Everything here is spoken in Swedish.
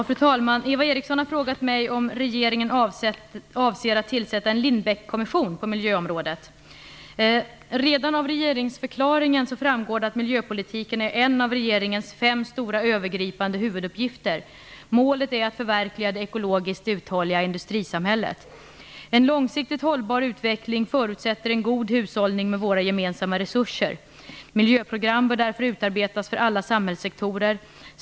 Fru talman! Eva Eriksson har frågat mig om regeringen avser att tillsätta en "Lindbeckkommission" Redan av regeringsförklaringen framgår att miljöpolitiken är en av regeringens fem stora övergripande huvuduppgifter. Målet är att förverkliga det ekologiskt uthålliga industrisamhället. En långsiktigt hållbar utveckling förutsätter en god hushållning med våra gemensamma resurser. Miljöprogram bör därför utarbetas för alla samhällssektorer.